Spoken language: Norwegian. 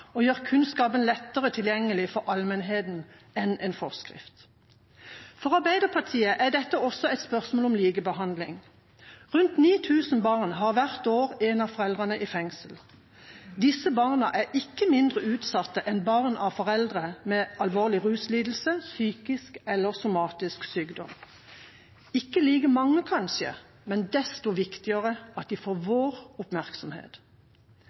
og gjøre kunnskapen lettere tilgjengelig for allmennheten enn en forskrift. For Arbeiderpartiet er dette også et spørsmål om likebehandling. Rundt 9 000 barn har hvert år en av foreldrene i fengsel. Disse barna er ikke mindre utsatt enn barn av foreldre med alvorlig ruslidelse, psykisk eller somatisk sykdom. De er ikke like mange, kanskje, men desto viktigere er det at de får vår oppmerksomhet.